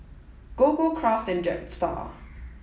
Gogo Kraft and Jetstar